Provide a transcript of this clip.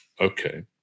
Okay